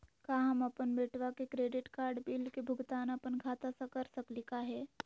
का हम अपन बेटवा के क्रेडिट कार्ड बिल के भुगतान अपन खाता स कर सकली का हे?